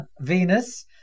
Venus